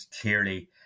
clearly